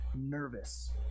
nervous